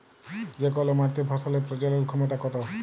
যে কল মাটিতে ফসলের প্রজলল ক্ষমতা কত